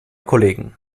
kollegen